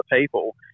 people